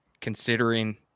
considering